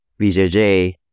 BJJ